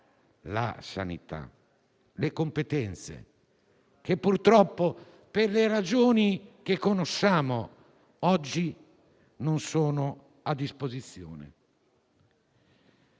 la sanità. Quelle competenze che, purtroppo, per le ragioni che conosciamo, oggi non sono a disposizione.